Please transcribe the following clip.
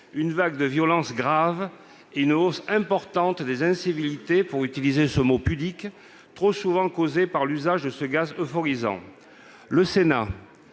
une vague de violences graves et une hausse importante des incivilités- pour utiliser ce mot pudique -trop souvent causées par l'usage de ce gaz euphorisant. Le Sénat